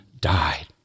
died